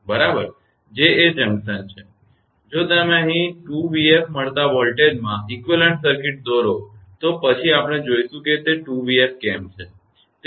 જો તમે અહીં 2𝑣𝑓 મળતા વોલ્ટેજમાં સમકક્ષ સર્કિટ દોરો તો પછી આપણે જોઇશું કે તે 2𝑣𝑓 કેમ છે બરાબર